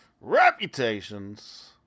Reputations